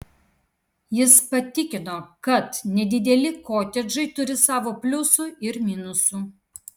jis patikino kad nedideli kotedžai turi savo pliusų ir minusų